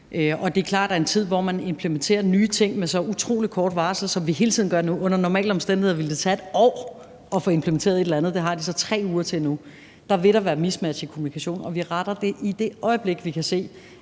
Det er klart, at i en tid, hvor man implementerer nye ting med så utrolig kort varsel, som vi hele tiden gør nu – under normale omstændigheder ville det tage et år at få implementeret et eller andet, og det har de så 3 uger til nu – så vil der være miskmask i kommunikationen. Og vi retter det, det øjeblik vi kan se,